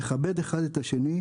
מכבד אחד את השני,